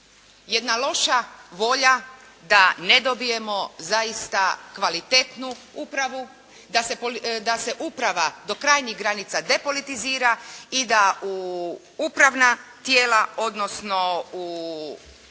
jedna loša volja da ne dobijemo zaista kvalitetnu upravu, da se uprava do krajnjih granica depolitizira i da u upravna tijela, odnosno u